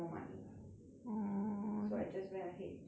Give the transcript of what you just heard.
so I just went ahead to take auto